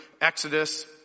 Exodus